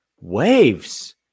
waves